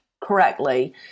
correctly